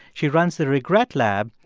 she runs the regret lab,